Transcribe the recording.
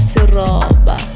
Siroba